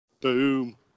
Boom